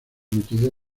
emitido